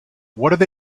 what